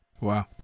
Wow